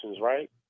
right